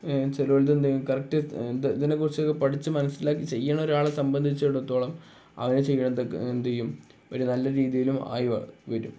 ചിലവർ എന്ത് ചെയ്യും കറക്റ്റ് എ ഇതിനെക്കുറിച്ചൊക്കെ പഠിച്ചു മനസ്സിലാക്കി ചെയ്യുന്ന ഒരാളെ സംബന്ധിച്ചിടത്തോളം അങ്ങനെ ചെയ്യുന്നത് എന്ത് ചെയ്യും ഒരു നല്ല രീതിയിലും ആയി വരും